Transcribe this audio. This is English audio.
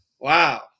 wow